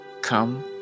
come